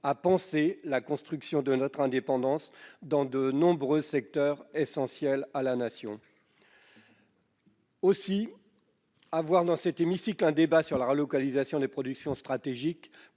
à penser la construction de notre indépendance dans de nombreux secteurs essentiels à la Nation. Avoir dans cet hémicycle un débat sur la relocalisation des productions stratégiques